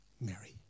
Mary